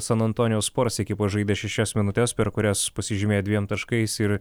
san antonijaus spars ekipoj žaidė šešias minutes per kurias pasižymėjo dviem taškais ir